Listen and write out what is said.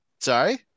Sorry